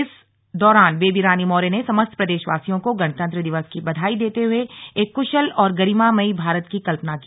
इस दौरान बेबी रानी मौर्य ने समस्त प्रदेश वासियों को गणतंत्र दिवस की बधाई देते हुए एक क्शल और गरिमामयी भारत की कल्पना की